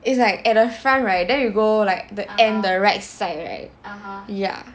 it's like at the front right then you go like the end the right side right ya